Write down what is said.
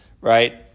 right